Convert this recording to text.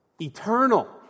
Eternal